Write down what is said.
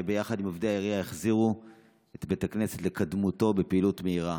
שיחד עם עובדי העירייה החזירו את בית הכנסת לקדמותו בפעילות מהירה.